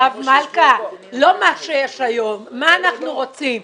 הרב מלכא, לא מה שיש היום, מה שאנחנו רוצים.